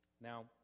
Now